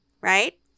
right